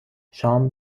شام